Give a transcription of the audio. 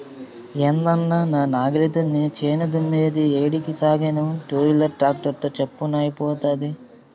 ఏందన్నా నా నాగలితో చేను దున్నేది ఏడికి సాగేను టూవీలర్ ట్రాక్టర్ తో చప్పున అయిపోతాది